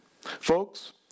Folks